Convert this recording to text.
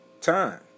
time